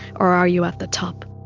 or are you at the top?